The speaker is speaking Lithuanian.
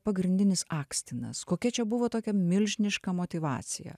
pagrindinis akstinas kokia čia buvo tokia milžiniška motyvacija